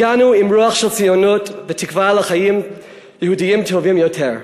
הגענו עם רוח של ציונות ותקווה לחיים יהודיים טובים יותר.